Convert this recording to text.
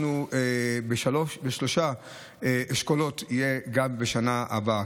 אנחנו בשלושה אשכולות נהיה גם בשנה הבאה.